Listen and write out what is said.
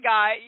Guy